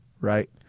right